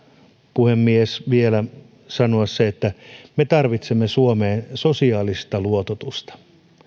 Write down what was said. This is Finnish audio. puhemies vielä sanoa se että me tarvitsemme suomeen sosiaalista luototusta